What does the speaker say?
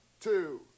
two